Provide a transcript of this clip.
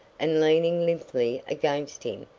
and leaning limply against him,